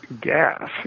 gas